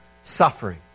suffering